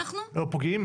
אנחנו גם פוגעים,